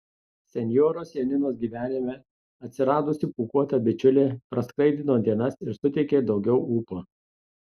senjoros janinos gyvenime atsiradusi pūkuota bičiulė praskaidrino dienas ir suteikė daugiau ūpo